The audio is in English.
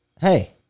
Hey